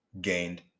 gained